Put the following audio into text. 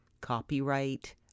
copyright